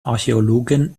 archäologin